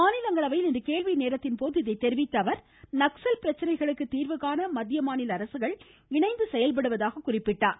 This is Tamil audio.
மாநிலங்களவையில் இன்று கேள்வி நேரத்தின் போது பேசிய அவர் நக்சல் பிரச்சனைகளுக்கு தீர்வுகாண மத்திய மாநில அரசுகள் இணைந்து செயல்படுவதாக குறிப்பிட்டார்